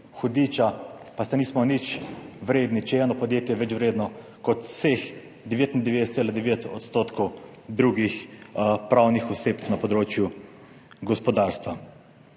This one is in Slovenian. hudiča, pa saj nismo nič vredni, če je eno podjetje več vredno kot vseh 99,9 % drugih pravnih oseb na področju gospodarstva.